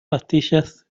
pastillas